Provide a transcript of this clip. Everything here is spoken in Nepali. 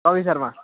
कपिल शर्मा